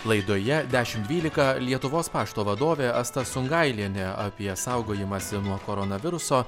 laidoje dešim dvylika lietuvos pašto vadovė asta sungailienė apie saugojimąsi nuo koronaviruso